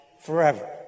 forever